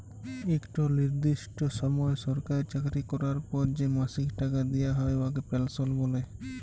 ইকট লিরদিষ্ট সময় সরকারি চাকরি ক্যরার পর যে মাসিক টাকা দিয়া হ্যয় উয়াকে পেলসল্ ব্যলে